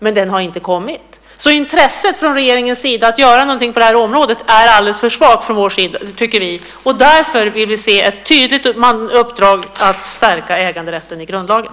Den har dock inte kommit. Intresset från regeringens sida för att göra något på det området tycker vi är alldeles för svagt. Därför vill vi se ett tydligt uppdrag om att stärka äganderätten i grundlagen.